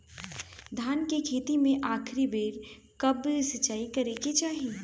धान के खेती मे आखिरी बेर कब सिचाई करे के चाही?